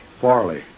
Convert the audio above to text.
Farley